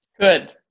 good